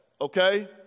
okay